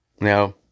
Now